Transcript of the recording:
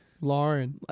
lauren